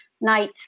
night